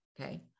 okay